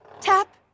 tap